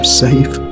safe